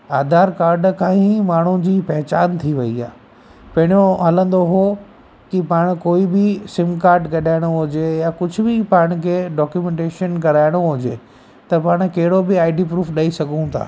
Aadhaar card खां ई माण्हू जी पहचान थी वई आहे पहिरियों हलंदो हुओ की पाण कोई बि सिम कार्ड कढाइणो हुजे या कुझ बि पाण खे डॉक्यूमेंटेशन कराइणो हुजे त पाण कहिड़ो बि आईडी प्रूफ ॾेई सघूं था